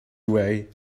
away